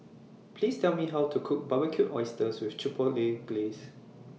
Please Tell Me How to Cook Barbecued Oysters with Chipotle Glaze